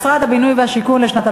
משרד הבינוי והשיכון (שכר,